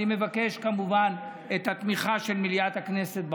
אני מבקש, כמובן, את התמיכה של מליאת הכנסת.